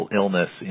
illness